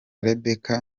rebecca